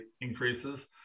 increases